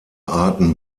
arten